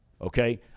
Okay